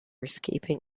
escaping